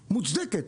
מוצדקת,